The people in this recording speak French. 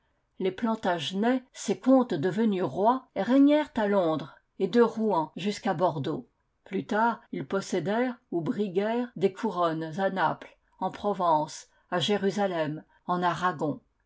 à londres et de rouen jusqu'à bordeaux plus tard ils possédèrent ou briguèrent des couronnes à naples en provence à jérusalem en aragon